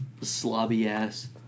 slobby-ass